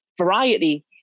variety